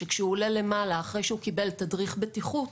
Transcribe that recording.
כאשר הוא עולה למעלה אחרי שהוא קיבל תדריך בטיחות